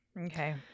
Okay